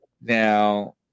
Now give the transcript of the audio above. Now